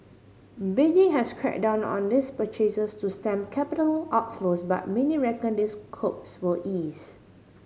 Beijing has cracked down on these purchases to stem capital outflows but many reckon those curbs will ease